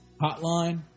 hotline